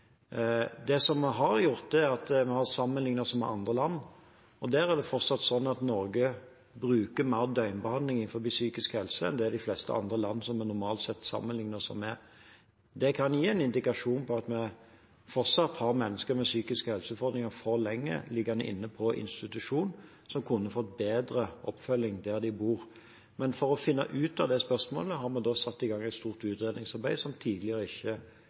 Det vi har gjort, er at vi har sammenlignet oss med andre land. Det er fortsatt sånn at Norge bruker mer døgnbehandling innenfor psykisk helse enn de fleste andre land som vi normalt sett sammenligner oss med. Det kan gi en indikasjon på at vi fortsatt har mennesker med psykiske helseutfordringer for lenge liggende inne på institusjon, som kunne fått bedre oppfølging der de bor. Men for å finne ut av det spørsmålet har vi satt i gang et stort utredningsarbeid, som tidligere ikke